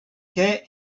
què